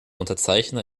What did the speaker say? unterzeichner